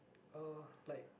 uh like